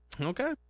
Okay